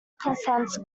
confronts